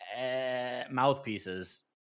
mouthpieces